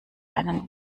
einen